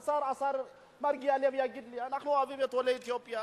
מר השר מרגי יעלה יגיד לי: אנחנו אוהבים את עולי אתיופיה,